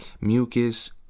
mucus